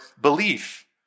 belief